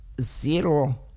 zero